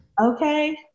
Okay